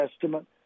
Testament